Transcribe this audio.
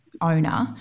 owner